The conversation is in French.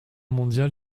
mondiale